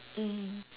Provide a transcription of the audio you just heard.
mm